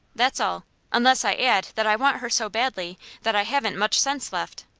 that's all unless i add that i want her so badly that i haven't much sense left.